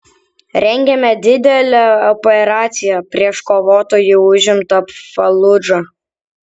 rengiame didelę operaciją prieš kovotojų užimtą faludžą